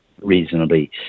reasonably